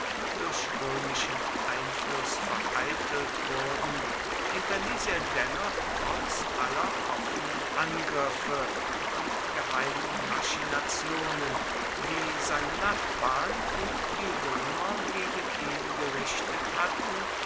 durch römischen einfluß vereitelt wurden hinterließ er dennoch trotz aller offenen angriffe und geheimen machinationen die seine nachbarn und die römer gegen ihn gerichtet hatten